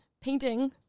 painting